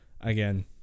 Again